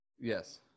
Yes